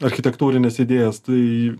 architektūrines idėjas tai